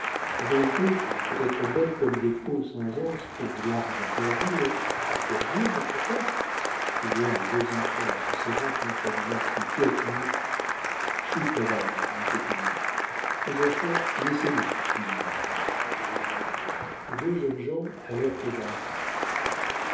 en vérité faut être bête comme des pots sans anse pour vouloir vous interdire interdire notre père crièrent les deux enfants en se serrant contre le marquis qu'y a-t-il chut madame dit popinot mes enfants laissez-nous dit le marquis les deux jeunes gens allèrent au jardin